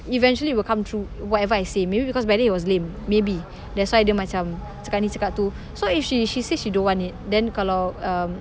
eventually will come true whatever I say maybe because whether it was lame maybe that's why sekarang ni dia macam cakap ni cakap tu so if she she say she don't want it then kalau um